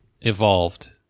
evolved